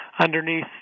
underneath